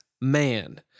man